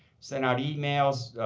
sent out e-mails.